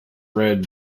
red